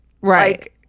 right